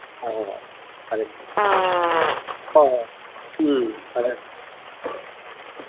ꯍꯣꯏ ꯍꯣꯏ ꯍꯣꯏ ꯐꯔꯦ ꯐꯔꯦ ꯍꯣꯏ ꯍꯣꯏ ꯎꯝ ꯐꯔꯦ